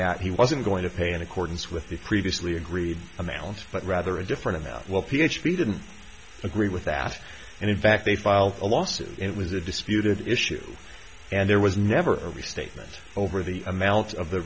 that he wasn't going to pay in accordance with the previously agreed amounts but rather a different amount well p h p didn't agree with that and in fact they filed a lawsuit it was a disputed issue and there was never a restatement over the amount of the